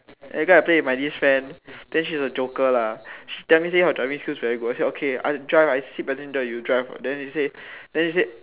then that time I play with my this friend then she's a joker lah she tell me say her driving skill very good I say okay I drive I sit passenger you drive then they say then they say